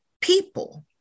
people